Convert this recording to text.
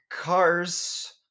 cars